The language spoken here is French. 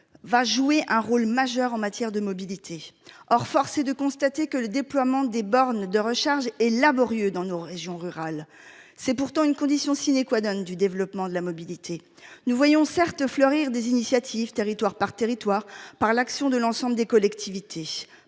Va jouer un rôle majeur en matière de mobilité. Or force est de constater que le déploiement des bornes de recharge et laborieux dans nos régions rurales. C'est pourtant une condition sine qua donne du développement de la mobilité, nous voyons certes fleurir des initiatives, territoire par territoire par l'action de l'ensemble des collectivités